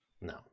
No